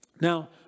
Now